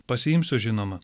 pasiimsiu žinoma